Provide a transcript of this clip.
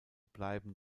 bleiben